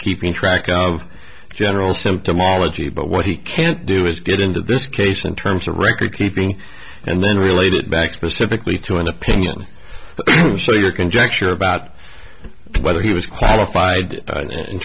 keeping track of general symptomology but what he can't do is get into this case in terms of record keeping and then relate it back specifically to an opinion so your conjecture about whether he was qualified